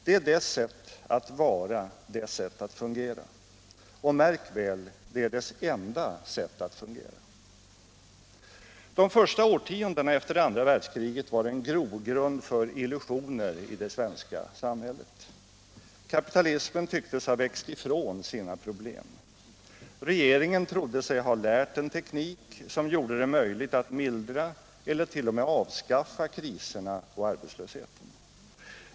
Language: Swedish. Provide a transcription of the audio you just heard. Det är dess sätt att vara, dess sätt att fungera. Och märk väl — det är dess enda sätt att fungera. De första årtiondena efter det andra världskriget var en grogrund för illusioner i det svenska samhället. Kapitalismen tycktes ha växt ifrån sina problem. Regeringen trodde sig ha lärt en teknik som gjorde det möjligt att mildra eller t.o.m. avskaffa kriserna och arbetslösheten.